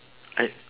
I